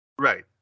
Right